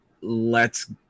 lets